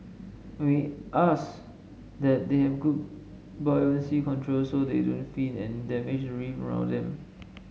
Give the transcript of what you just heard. we ask that they have good buoyancy control so they don't fin and damage reef around them